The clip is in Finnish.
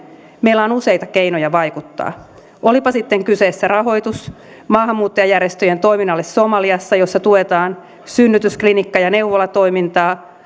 meillä on useita keinoja vaikuttaa olipa sitten kyseessä rahoitus maahanmuuttajajärjestöjen toiminnalle somaliassa missä tuetaan synnytysklinikka ja neuvolatoimintaa